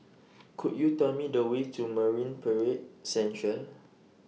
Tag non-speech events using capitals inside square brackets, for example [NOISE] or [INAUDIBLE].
[NOISE] Could YOU Tell Me The Way to Marine Parade Central